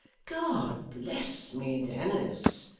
god bless me, dennis!